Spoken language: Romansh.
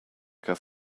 che